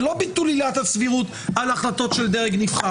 זה ביטול עילת הסבירות על החלטות של דרג נבחר,